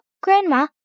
grandma